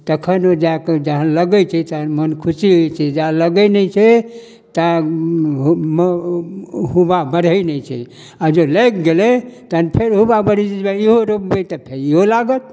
तखन ओ जाकऽ जहन लगै छै तहन मोन खुशी होइ छै जा लगै नहि छै तऽ हुबा बढ़ै नहि छै आओर जँ लागि गेलै तहन फेर हुबा बढ़ै छै जे भाइ इहो रोपबै तऽ फेर इहो लागत